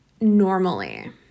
normally